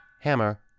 hammer